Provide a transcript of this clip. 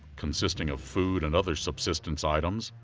consisting of food and other subsistence items,